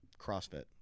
CrossFit